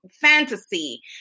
fantasy